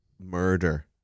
murder